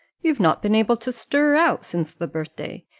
you've not been able to stir out since the birthday,